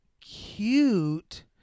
cute